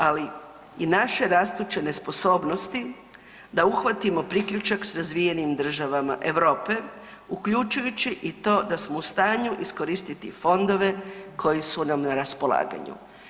Ali i naše rastuće nesposobnosti da uhvatimo priključak sa razvijenim državama Europe uključujući i to da smo u stanju iskoristiti fondove koji su nam na raspolaganju.